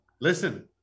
Listen